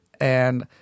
and-